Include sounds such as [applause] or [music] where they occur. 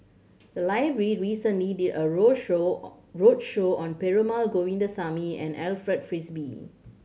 the library recently did a roadshow [unintelligible] roadshow on Perumal Govindaswamy and Alfred Frisby